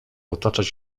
otaczać